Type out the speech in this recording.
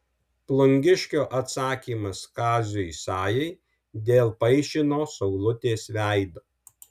plungiškio atsakymas kaziui sajai dėl paišino saulutės veido